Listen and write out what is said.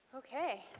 okay.